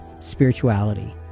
spirituality